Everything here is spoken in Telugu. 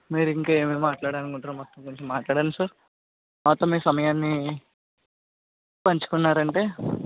మీరు ఇంకేమేమీ మాట్లాడాలని అనుకుంటున్నారో మాతో కొంచెం మాట్లాడండి సార్ మాతో మీ సమయాన్ని పంచుకున్నారు అంటే